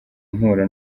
mpura